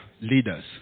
leaders